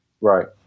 Right